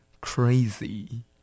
crazy